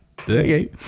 Okay